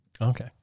okay